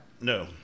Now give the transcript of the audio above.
No